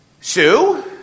Sue